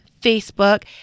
Facebook